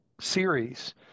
series